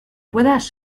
puedas